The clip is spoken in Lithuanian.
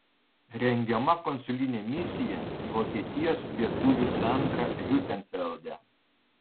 rengiama konsulinė misiją į vokietijos lietuvių centrą hiutenfelde